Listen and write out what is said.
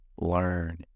learn